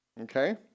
Okay